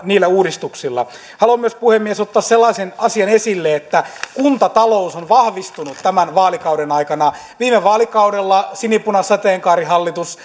niillä uudistuksilla haluan myös puhemies ottaa esille sellaisen asian että kuntatalous on vahvistunut tämän vaalikauden aikana viime vaalikaudella sinipunasateenkaarihallitus